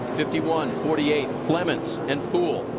fifty one, forty eight, clemens and poole.